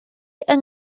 yng